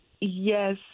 Yes